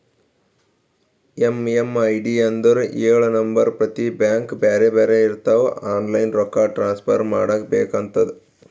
MMID ಅಂದುರ್ ಎಳು number ಪ್ರತಿ ಬ್ಯಾಂಕ್ಗ ಬ್ಯಾರೆ ಬ್ಯಾರೆ ಇರ್ತಾವ್ ಆನ್ಲೈನ್ ರೊಕ್ಕಾ ಟ್ರಾನ್ಸಫರ್ ಮಾಡಾಗ ಬೇಕ್ ಆತುದ